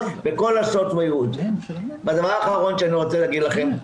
בכל --- הדבר האחרון שאני רוצה להגיד לכם,